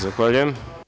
Zahvaljujem.